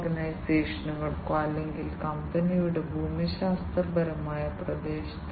അതിനാൽ നിങ്ങൾ കാലിബ്രേറ്റ് ചെയ്യുകയും ഒരു സെൻസർ വീണ്ടും കാലിബ്രേറ്റ് ചെയ്യുകയും വേണം